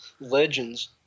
legends